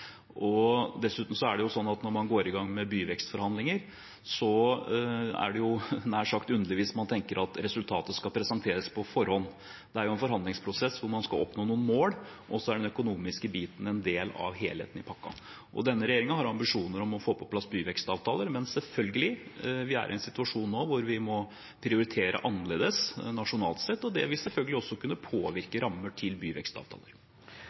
er det sånn at når man går i gang med byvekstforhandlinger, er det nær sagt underlig hvis man tenker at resultatet skal presenteres på forhånd. Det er jo en forhandlingsprosess hvor man skal oppnå noen mål, og den økonomiske biten er en del av helheten i pakken. Denne regjeringen har ambisjoner om å få på plass byvekstavtaler, men vi er i en situasjon nå hvor vi må prioritere annerledes nasjonalt sett, og det vil selvfølgelig også kunne påvirke rammene til byvekstavtaler.